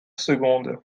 secondes